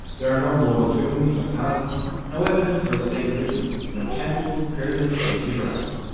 there are no royal tombs or palaces. no evidence for a state religion. no temples, pyramids, or ziggurats.